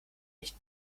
nicht